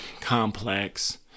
complex